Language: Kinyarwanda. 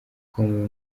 com